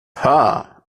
pah